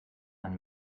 man